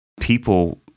people